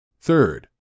Third